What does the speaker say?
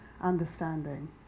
understanding